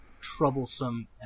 troublesome